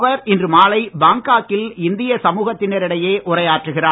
அவர் இன்று மாலை பாங்காக்கில் இந்திய சமூகத்தினரிடையே உரையாற்றுகிறார்